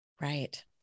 Right